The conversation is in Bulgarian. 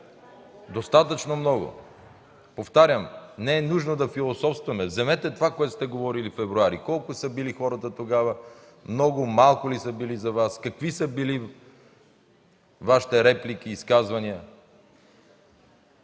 Достатъчно много! Повтарям, не е нужно да философстваме. Вземете това, което сте говорили през февруари, колко са били хората тогава, много или малко са били за Вас, какви са били Вашите реплики и изказвания.